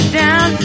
down